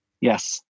Yes